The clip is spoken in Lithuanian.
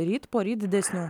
ryt poryt didesnių